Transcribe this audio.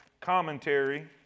commentary